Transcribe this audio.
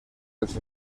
als